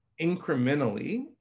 incrementally